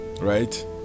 right